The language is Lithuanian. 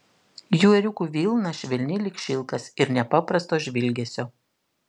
jų ėriukų vilna švelni lyg šilkas ir nepaprasto žvilgesio